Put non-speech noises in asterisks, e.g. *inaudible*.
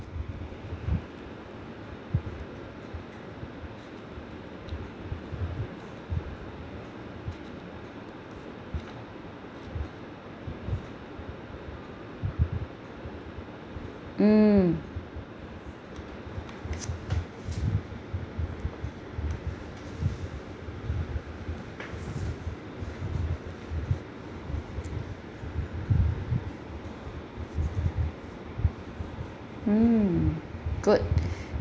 mm mm good *breath*